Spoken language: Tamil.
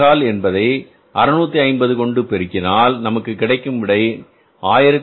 25 என்பதை 650 கொண்டு பெருக்கினால் நமக்கு கிடைக்கும் விடை 1462